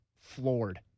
floored